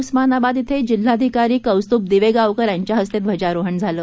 उस्मानाबाद इथं जिल्हाधिकारी कौस्तुभ दिवेगावकर यांच्या हस्ते ध्वजारोहण झालं